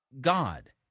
God